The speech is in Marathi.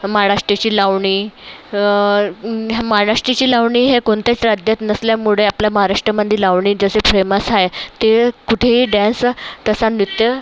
माडाष्टाची लावणी ह्या महाराष्ट्राची लावणी हे कोणत्याच राज्यात नसल्यामुळे आपल्या महाराष्ट्रामंदी लावणी जशी फेमस आहे ते कुठेही डॅन्स तसा नृत्य